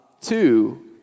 Two